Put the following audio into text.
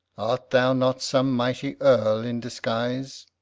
art thou not some mighty earl in disguise?